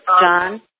John